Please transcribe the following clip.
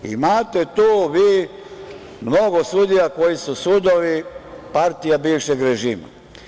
Imate tu vi mnogo sudija koji su sudovi partija bivšeg režima.